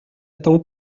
temps